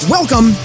Welcome